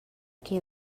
che